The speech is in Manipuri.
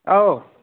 ꯑꯧ